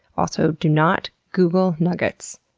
also, do not google nuggets.